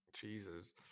Jesus